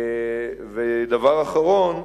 דבר אחרון,